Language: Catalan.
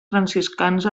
franciscans